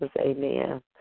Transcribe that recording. Amen